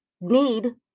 need